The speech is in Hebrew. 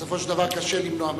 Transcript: בסופו של דבר קשה למנוע ממנו.